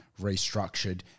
restructured